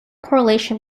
correlation